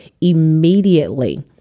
immediately